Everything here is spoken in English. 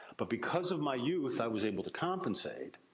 but because of my youth, i was able to compensate.